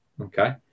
okay